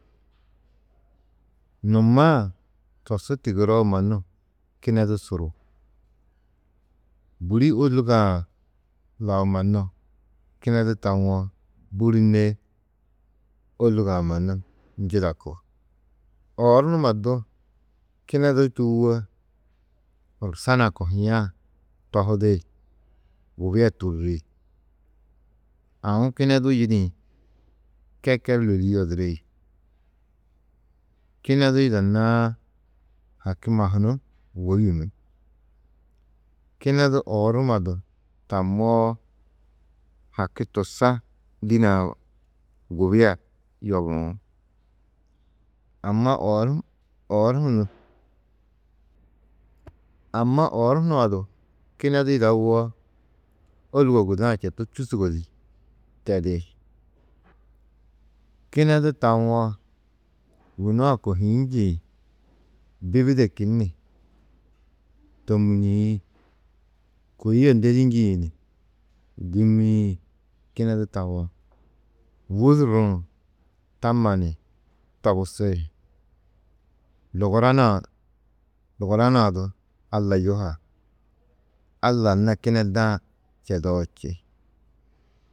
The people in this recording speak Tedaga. Numaa tosu tigiroo mannu, kinedu suru, bûri ôlugoo-ã lau mannu kinedu tawo, bûrine, ôlugo-ã mannu njidaku, oor numa du kinedu čûwo, horkusa nuã kohiã tohidi, gubia tûrri. Aũ kinedu yidĩ keker lûli yodiri, kinedu yidanãá, haki mahunu wôyunú. Kinedu oor numa du tamoo, haki tusa dînee-ã gubia yobuú. Amma oor hunã du kinedu yidawo, ôlugo guda-ã četu čûsugo di tedi. Kinedu tawo, yunu a kohîĩ njîĩ bibide kinni tômuniĩ, kôi a ndedî njîĩ ni gûmiĩ, kinedu tawo. Wûdur nuũ tamma ni togusi. Luguran-ã du Alla yuha: « Alla anna kineda-ã čedo » či.